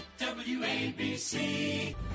WABC